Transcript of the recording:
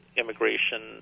immigration